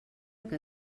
que